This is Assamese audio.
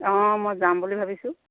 অঁ মই যাম বুলি ভাবিছোঁ